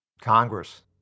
Congress